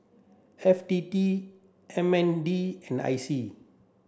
F T T M N D and I C